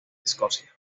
escocia